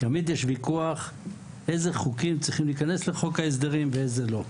יש ויכוח על אילו חוקים צריכים להיכנס אליו ואילו לא.